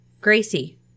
Gracie